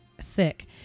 sick